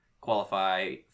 qualify